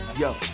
yo